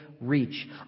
reach